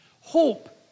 hope